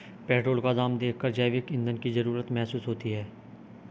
petrol का दाम देखकर जैविक ईंधन की जरूरत महसूस होती है